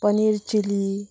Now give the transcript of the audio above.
paneer chilli